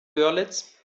görlitz